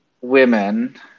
women